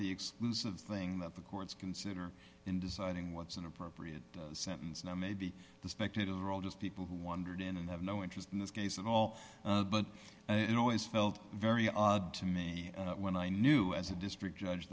the exclusive thing that the courts consider in deciding what's an appropriate sentence and i may be the spectators are all just people who wandered in and have no interest in this case at all but it always felt very odd to me when i knew as a district judge